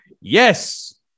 Yes